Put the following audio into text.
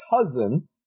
cousin